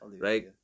Right